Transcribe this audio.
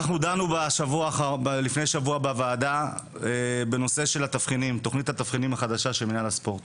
דנו בוועדה לפני שבוע בנושא תוכנית התבחינים החדשה של מינהל הספורט.